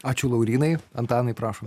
ačiū laurynai antanai prašom